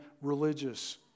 religious